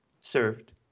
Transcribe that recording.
served